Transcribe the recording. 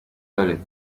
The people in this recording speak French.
balai